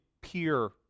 peer